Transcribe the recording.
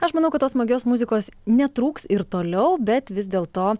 aš manau kad tos smagios muzikos netrūks ir toliau bet vis dėl to